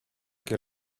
que